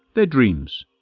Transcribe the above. their dreams.